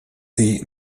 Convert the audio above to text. sie